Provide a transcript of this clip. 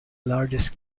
largest